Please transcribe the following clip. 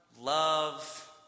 love